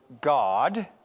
God